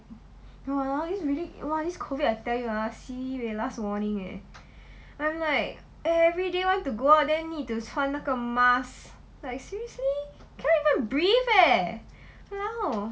!walao! this really !wah! this COVID I tell you ah sibei last warning eh I'm like everyday want to go out then need to 穿那个 mask like seriously cannot even breathe eh !walao!